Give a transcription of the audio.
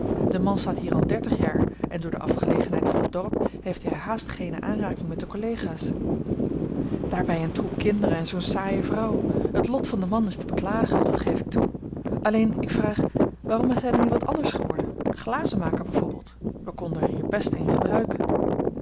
de man staat hier al dertig jaar en door de afgelegenheid van het dorp heeft hij haast geene aanraking met de collega's daarbij een troep kinderen en zoo'n saaie vrouw het lot van den man is te beklagen dat geef ik toe alleen ik vraag waarom is hij dan niet wat anders geworden glazenmaker bij voorbeeld wij konden er hier best een gebruiken